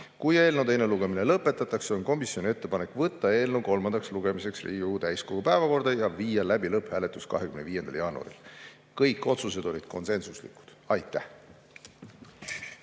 Kui eelnõu teine lugemine lõpetatakse, on komisjoni ettepanek võtta eelnõu kolmandaks lugemiseks Riigikogu täiskogu päevakorda ja viia läbi lõpphääletus 25. jaanuaril. Kõik otsused olid konsensuslikud. Aitäh!